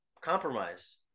compromise